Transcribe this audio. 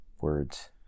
words